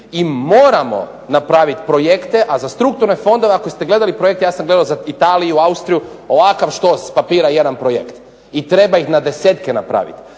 i moramo napraviti projekte, a za strukturne fondove ako ste gledali projekte ja sam gledao za Italiju, Austriju, ovakav štos papira jedan projekt. I treba ih na desetke napraviti.